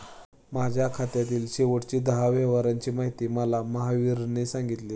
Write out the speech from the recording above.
माझ्या खात्यातील शेवटच्या दहा व्यवहारांची माहिती मला महावीरने सांगितली